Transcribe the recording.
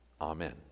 Amen